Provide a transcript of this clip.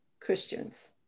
Christians